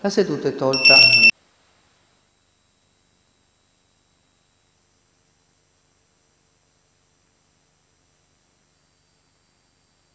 La seduta è tolta